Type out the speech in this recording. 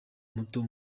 muto